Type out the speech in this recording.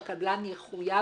שהקבלן יחויב